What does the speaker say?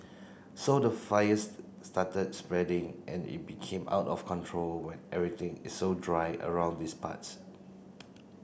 so the fire started spreading and it became out of control when everything is so dry around these parts